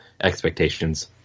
expectations